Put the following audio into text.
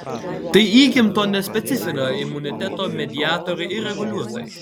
tai įgimto nespecifinio imuniteto mediatoriai ir reguliuotojai